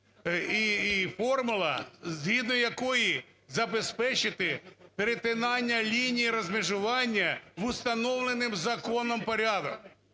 і формула згідно якої забезпечити перетинання лінії розмежування в установленому законом порядку.